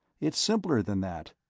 it's simpler than that.